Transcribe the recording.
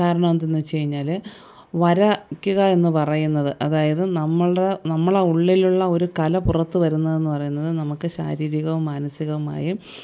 കാരണം എന്തെന്ന് വച്ചു കഴിഞ്ഞാൽ വരയ്ക്കുക എന്ന് പറയുന്നത് അതായത് നമ്മളുടെ നമ്മളെ ഉള്ളിലുള്ള ഒരു കല പുറത്തു വരുന്നതെന്ന് പറയുന്നത് നമുക്ക് ശാരീരികവും മനസികവുമായും